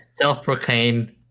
self-proclaimed